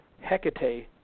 Hecate